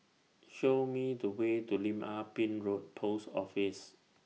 Show Me The Way to Lim Ah Pin Road Post Office